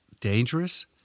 dangerous